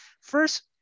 first